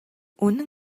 үнэн